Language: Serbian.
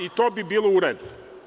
I to bi bilo u redu.